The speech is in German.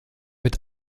mit